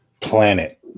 planet